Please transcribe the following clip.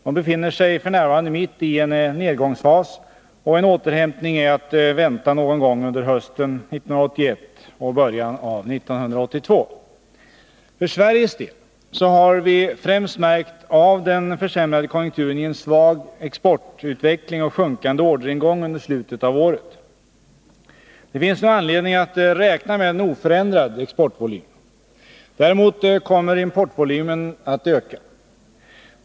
De befinner sig f. n. mitt i en nedgångsfas, och en återhämtning är att vänta någon gång under hösten 1981 och början av 1982. För Sveriges del har vi främst märkt av den försämrade konjunkturen i en svag exportutveckling och en sjunkande orderingång under slutet av året. Det finns nu anledning att räkna med en oförändrad exportvolym. Däremot kommer importvolymen att öka.